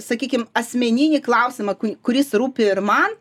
sakykim asmeninį klausimą kui kuris rūpi ir man